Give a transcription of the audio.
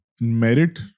merit